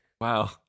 Wow